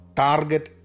target